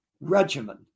regimen